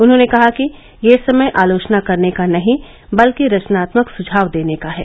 उन्हॉने कहा कि यह समय आलोचना करने का नहीं बल्कि रचनात्मक सुझाव देने का है